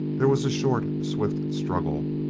there was a short, swift struggle,